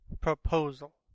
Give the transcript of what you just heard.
proposal